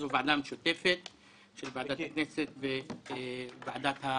זו ועדה משותפת של ועדת הכנסת וועדת החוקה.